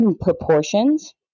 proportions